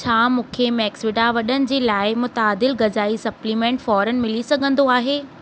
छा मूंखे मैक्सविडा वॾनि जे लाइ मुतादिल ग़ज़ाई सप्लीमेंट फ़ौरन मिली सघंदो आहे